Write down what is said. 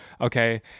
okay